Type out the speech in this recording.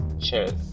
Cheers